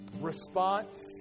response